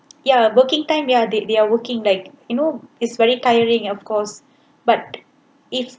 ya working time they are they are working like you know it's very tiring of course but if